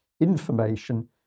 information